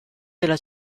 della